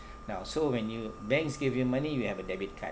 now so when you banks give you money you have a debit card